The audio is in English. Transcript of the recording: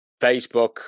Facebook